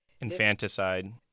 Infanticide